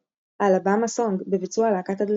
"Alabama Song" בביצוע להקת "הדלתות".